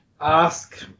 ask